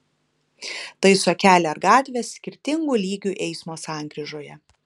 taiso kelią ar gatvę skirtingų lygių eismo sankryžoje